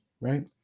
right